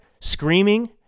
screaming